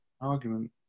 Argument